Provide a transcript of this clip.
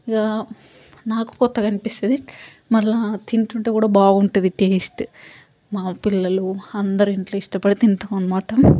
ఇక నాకు కొత్తగా అనిపిస్తుంది మళ్ళీ తింటుంటే కూడా బాగుంటుంది టేస్ట్ మా పిల్లలూ అందరూ ఇంట్లో ఇష్టపడి తింటాం అనమాట